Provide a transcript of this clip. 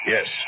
Yes